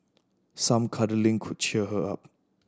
some cuddling could cheer her up